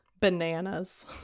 Bananas